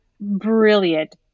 brilliant